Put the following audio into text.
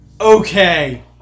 Okay